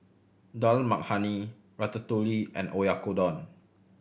Dal Makhani Ratatouille and Oyakodon